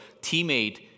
teammate